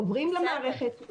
עוברים למערכת,